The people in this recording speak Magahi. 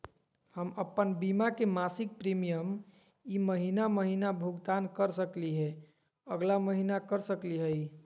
हम अप्पन बीमा के मासिक प्रीमियम ई महीना महिना भुगतान कर सकली हे, अगला महीना कर सकली हई?